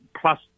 plus